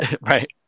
right